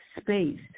space